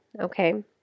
okay